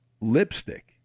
lipstick